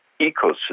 ecosystem